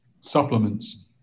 supplements